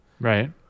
Right